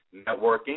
networking